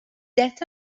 that